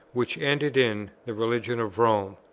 which ended in, the religion of rome?